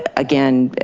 ah again,